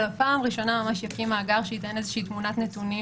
אלא בפעם הראשונה יקים מאגר שייתן תמונת נתונים